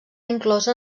inclosa